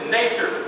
nature